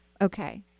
okay